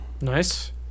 Nice